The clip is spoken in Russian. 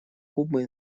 кубы